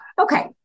okay